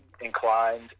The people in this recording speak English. inclined